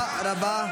תודה רבה.